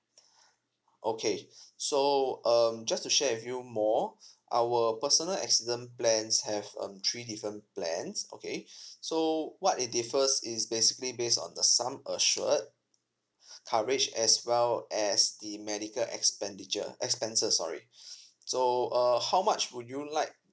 okay so um just to share with you more our personal accident plans have um three different plans okay so what it differs is basically based on the sum assured coverage as well as the medical expenditure expenses sorry so err how much would you like